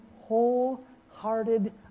wholehearted